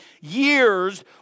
years